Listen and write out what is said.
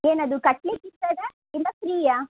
ಏನದು ಕಟ್ಟಲಿಕಿರ್ತದ ಇಲ್ಲ ಫ್ರೀಯಾ